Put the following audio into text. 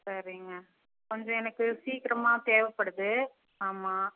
சரிங்க கொஞ்சம் எனக்கு சீக்கிரமாக தேவைப்படுது ஆமாம்